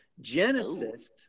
Genesis